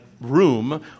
room